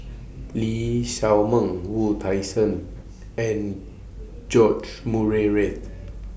Lee Shao Meng Wu Tsai Yen and George Murray Reith